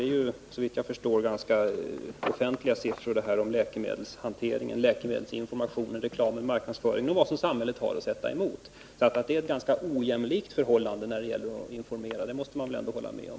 Det är såvitt jag förstår ganska officiella siffror om läkemedelshanteringen, läkemedelsinformationen, reklamen och marknadsföringen och vad samhället har att sätta emot. Det råder ganska ojämlika förhållanden när det gäller att informera — det måste man väl ändå hålla med om.